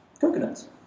coconuts